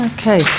Okay